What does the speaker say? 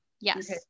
Yes